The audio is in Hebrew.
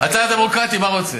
אתה דמוקרטי, מה רוצה?